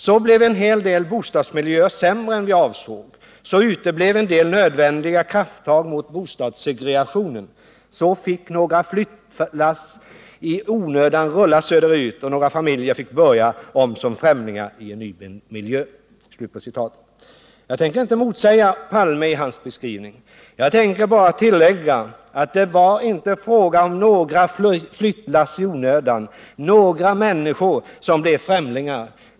Så blev en del bostadsmiljöer sämre än vi avsåg, så uteblev en del nödvändiga krafttag mot bostadssegregationen, så fick några flyttlass i onödan rulla söderut och några familjer fick börja om som främlingar i en ny miljö.” Jag tänker inte motsäga Olof Palme i hans beskrivning. Jag tänker bara tillägga att det var inte fråga om några flyttlass i onödan, några människor som blev främlingar.